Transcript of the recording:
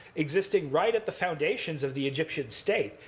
existing right at the foundations of the egyptian state.